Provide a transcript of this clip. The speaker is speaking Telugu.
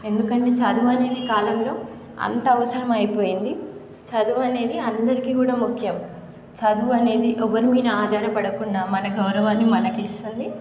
ఎందుకంటే చదువు అనేది ఈ కాలంలో అంత అవసరం అయిపోయింది చదువు అనేది అందరికి కూడా ముఖ్యం చదువు అనేది ఎవ్వరి మీద ఆధార పడకుండా మన గౌరవాన్ని మనకు ఇస్తుంది